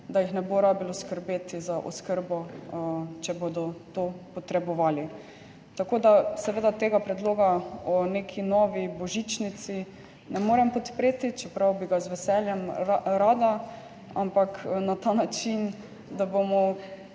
da jim ne bo treba skrbeti za oskrbo, če bodo to potrebovali. Seveda tega predloga o neki novi božičnici ne morem podpreti, čeprav bi ga z veseljem rada, ampak na ta način, da bomo